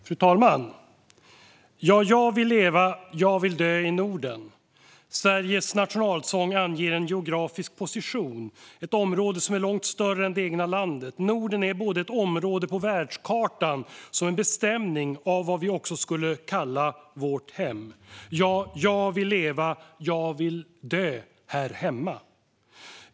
Fru talman! Ja, jag vill leva, jag vill dö i Norden. Sveriges nationalsång anger en geografisk position, ett område som är långt större än det egna landet. Norden är både ett område på världskartan och en bestämning av vad vi också skulle kalla vårt hem. Ja, jag vill leva, jag vill dö här hemma.